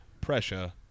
pressure